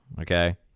Okay